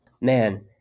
Man